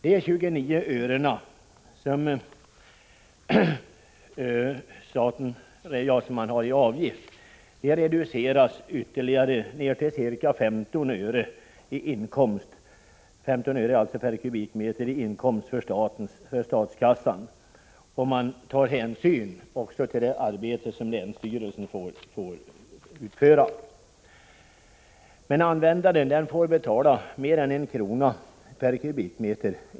De 29 örena i avgift reduceras ytterligare ner till ca 15 öre per m? i inkomst för statskassan, om man tar hänsyn också till det arbete som länsstyrelsen får utföra. Användaren får däremot betala mer än 1 kr. per m?